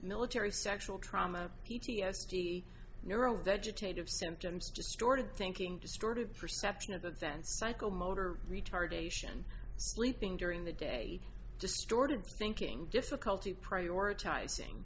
military sexual trauma p t s d neuro vegetative symptoms distorted thinking distorted perception of the sense psycho motor retardation sleeping during the day distorted thinking difficulty prioritizing